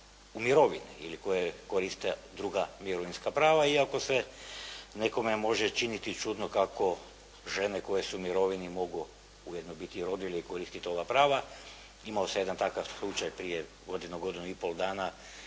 u mirovini ili koje koriste druga mirovinska prava iako se nekome može činiti čudno kako žene koje su u mirovini mogu ujedno biti i rodilje i koristiti ova prava, imao sam jedan takav slučaj prije godinu, godinu i pol dana